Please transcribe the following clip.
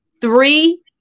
three